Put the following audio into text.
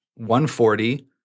140